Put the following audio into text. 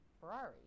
Ferrari